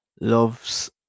loves